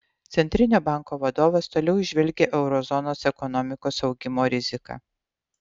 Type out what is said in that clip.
centrinio banko vadovas toliau įžvelgia euro zonos ekonomikos augimo riziką